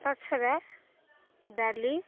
ତା ଛଡ଼ା ଡାଲି